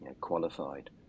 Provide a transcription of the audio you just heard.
qualified